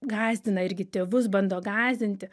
gąsdina irgi tėvus bando gąsdinti